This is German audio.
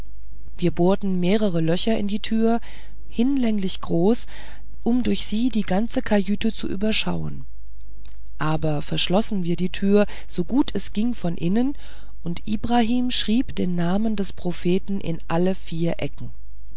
wir bohrten mehrere löcher in die türe hinlänglich groß um durch sie die ganze kajüte zu überschauen dann verschlossen wir die türe so gut es ging von innen und ibrahim schrieb den namen des propheten in alle vier ecken